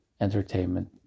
entertainment